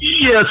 Yes